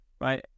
right